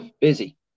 Busy